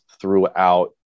throughout